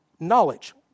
knowledge